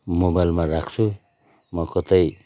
मोबाइलमा राख्छु म कतै